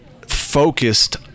focused